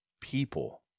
people